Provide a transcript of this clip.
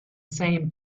same